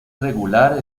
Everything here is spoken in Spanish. regular